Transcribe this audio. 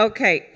Okay